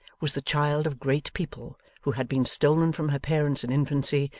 was the child of great people who had been stolen from her parents in infancy,